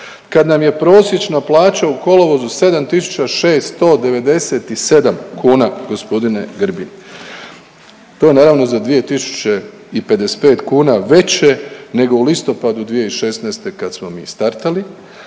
kad nam je prosječna plaća u kolovozu 7.697 kuna g. Grbin, to je naravno za 2.055 kuna veće nego u listopadu 2016. kad smo mi startali